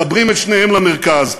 מחברים את שניהם למרכז,